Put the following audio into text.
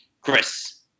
Chris